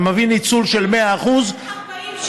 ומביא ניצול של 100% איך 40 שנה,